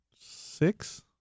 Six